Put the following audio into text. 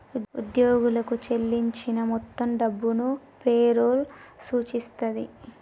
ఉద్యోగులకు చెల్లించిన మొత్తం డబ్బును పే రోల్ సూచిస్తది